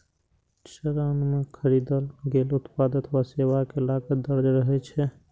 चालान मे खरीदल गेल उत्पाद अथवा सेवा के लागत दर्ज रहै छै